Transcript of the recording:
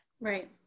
Right